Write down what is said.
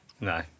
No